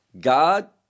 God